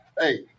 Hey